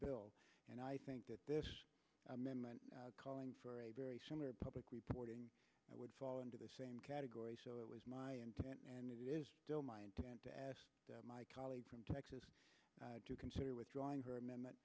bill and i think that this amendment calling for a very public reporting would fall into the same category so it was my intent and it is still my intent to ask my colleague from texas to consider withdrawing her ame